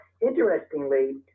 interestingly